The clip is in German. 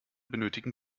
benötigen